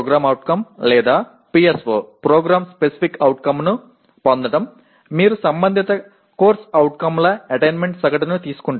PO PSO ను పొందడం మీరు సంబంధిత CO ల అటైన్మెంట్ సగటును తీసుకుంటారు